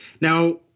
Now